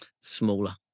smaller